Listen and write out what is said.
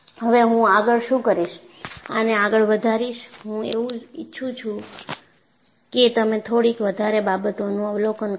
હવે હું આગળ શું કરીશ આને આગળ વધારીશ હું એવું ઈચ્છું છું કે તમે થોડીક વધારે બાબતોનું અવલોકન કરો